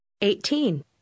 Eighteen